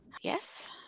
Yes